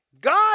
God